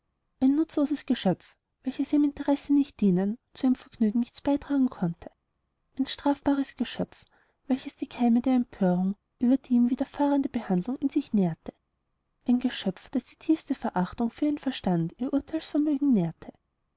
ein nutzloses geschöpf welches ihrem interesse nicht dienen zu ihrem vergnügen nichts beitragen konnte ein strafbares geschöpf welches die keime der empörung über die ihm widerfahrende behandlung in sich nährte ein geschöpf das die tiefste verachtung für ihren verstand ihr urteilsvermögen nährte